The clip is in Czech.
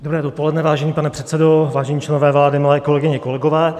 Dobré dopoledne, vážený pane předsedo, vážení členové vlády, milé kolegyně, kolegové.